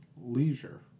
leisure